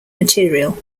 material